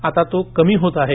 आता तो कमी होत आहे